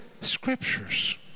scriptures